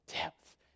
depth